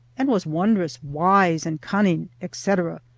and was wondrous wise and cunning, etc,